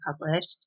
published